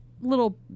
little